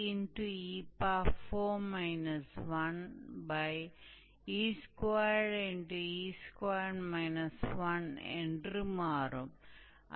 यह आवश्यक उत्तर है मेरा मतलब है कि हम यहां तक छोड़ सकते हैं यह कोई समस्या नहीं है और इस तरह हम इस दिए गए कर्व के लिए मूल रूप से आर्क की लंबाई की गणना करते हैं